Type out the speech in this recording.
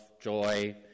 joy